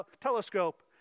telescope